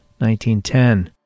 1910